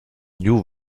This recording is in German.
new